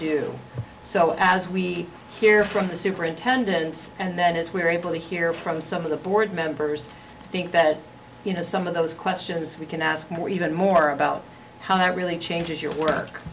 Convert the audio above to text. do so as we hear from the superintendents and that is we're able to hear from some of the board members think that you know some of those questions we can ask more even more about how that really changes your work